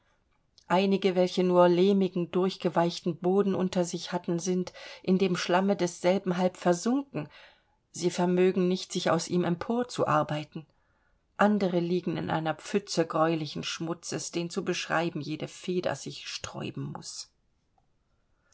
einige welche nur lehmigen durchgeweichten boden unter sich hatten sind in dem schlamme desselben halb versunken sie vermögen nicht sich aus ihm emporzuarbeiten andere liegen in einer pfütze gräulichen schmutzes den zu beschreiben jede feder sich sträuben muß